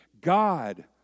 God